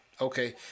okay